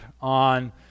on